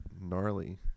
Gnarly